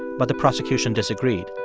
but the prosecution disagreed.